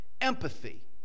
empathy